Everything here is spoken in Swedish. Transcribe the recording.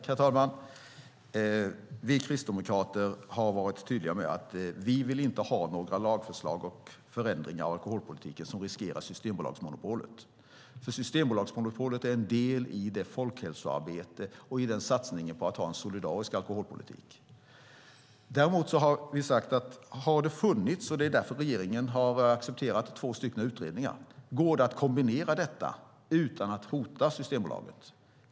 Herr talman! Vi kristdemokrater har varit tydliga med att vi inte vill ha några lagförslag och förändringar av alkoholpolitiken som riskerar Systembolagets monopol. Systembolagets monopol är nämligen en del i folkhälsoarbetet och satsningen på att ha en solidarisk alkoholpolitik. Regeringen har accepterat två utredningar med förslag. Men går det att kombinera detta utan att hota Systembolaget?